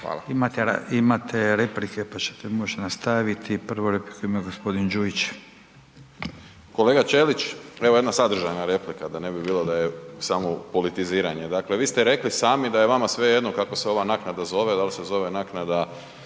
Imate replike, pa ćete moć nastaviti. Prvu repliku ima g. Đujić. **Đujić, Saša (SDP)** Kolega Ćelić, evo jedna sadržajna replika da ne bi bilo da je samo politiziranje. Dakle, vi ste rekli sami da je vama svejedno kako se ova naknada zove, dal se zove naknada,